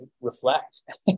reflect